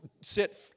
sit